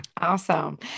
Awesome